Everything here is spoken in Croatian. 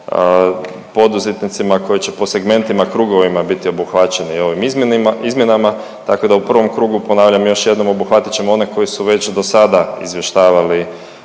poduzetnicima koji će po segmentima, krugovima biti obuhvaćeni ovim izmjenama, tako da u prvom krugu, ponavljam još jednom, obuhvatit ćemo one koji su već dosada izvještavali